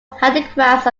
handicrafts